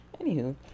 Anywho